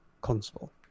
console